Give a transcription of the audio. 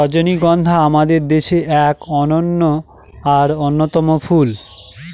রজনীগন্ধা আমাদের দেশের এক অনন্য আর অন্যতম ফুল